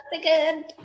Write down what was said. again